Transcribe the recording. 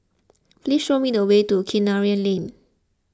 please show me the way to Kinara Lane